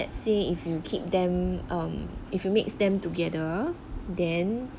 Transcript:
let's say if you keep them um if you mix them together then